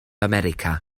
america